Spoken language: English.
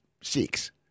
six